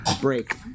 break